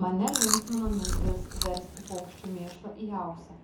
mane linksmino mintis versti paukščių mėšlą į auksą